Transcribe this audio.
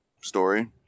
story